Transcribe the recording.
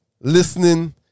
listening